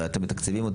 הרי אתם מתקצבים אותם,